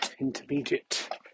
intermediate